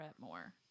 more